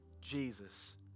Jesus